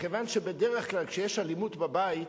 מכיוון שבדרך כלל כשיש אלימות בבית,